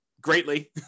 greatly